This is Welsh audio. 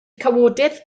cawodydd